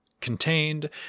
contained